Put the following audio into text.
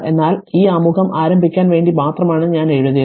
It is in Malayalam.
എന്നാൽ ഈ ആമുഖം ആരംഭിക്കാൻ വേണ്ടി മാത്രമാണ് ഞാൻ എഴുതിയത്